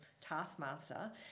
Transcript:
taskmaster